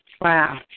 Wow